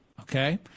okay